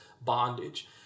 bondage